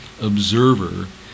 observer